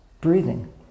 breathing